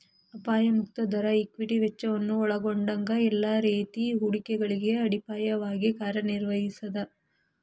ಅಪಾಯ ಮುಕ್ತ ದರ ಈಕ್ವಿಟಿ ವೆಚ್ಚವನ್ನ ಒಲ್ಗೊಂಡಂಗ ಎಲ್ಲಾ ರೇತಿ ಹೂಡಿಕೆಗಳಿಗೆ ಅಡಿಪಾಯವಾಗಿ ಕಾರ್ಯನಿರ್ವಹಿಸ್ತದ